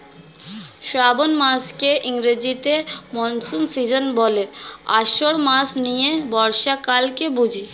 শ্রাবন মাসকে ইংরেজিতে monsoon season বলে, আষাঢ় মাস নিয়ে বর্ষাকালকে বুঝি